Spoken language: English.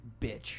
bitch